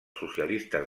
socialistes